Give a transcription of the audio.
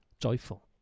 joyful